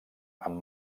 amb